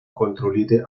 kontrollierte